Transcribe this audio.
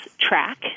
track